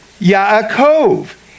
Yaakov